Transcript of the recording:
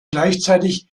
gleichzeitig